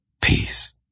peace